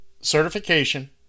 certification